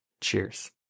Cheers